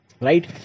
Right